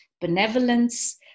benevolence